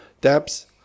depths